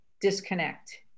disconnect